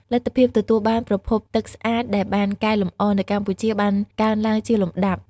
លទ្ធភាពទទួលបានប្រភពទឹកស្អាតដែលបានកែលម្អនៅកម្ពុជាបានកើនឡើងជាលំដាប់។